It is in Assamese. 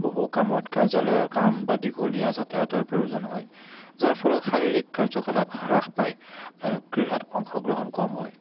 বহু কামত কাৰ্যালয়ৰ কাম বা দীঘলীয়া যাতায়াতৰ প্ৰয়োজন হয় যাৰ ফলত শাৰীৰিক কাৰ্যকলাপ হ্ৰাস পায় আৰু ক্ৰীড়াত অংশগ্ৰহণ কম হয়